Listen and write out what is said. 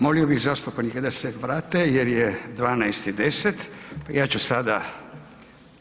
Molio bih zastupnike da se vrate jer je 12 i 10.